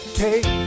take